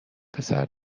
پسر